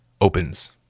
opens